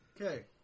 Okay